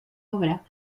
obra